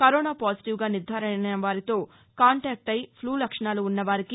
corona పాజిటివ్గా నిర్గారణ అయిన వారితో కాంటాక్ట్ అయి ఫ్లూ లక్షణాలు ఉన్నవారికి